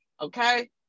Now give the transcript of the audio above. okay